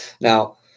Now